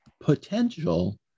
potential